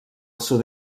sud